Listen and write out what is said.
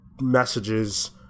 messages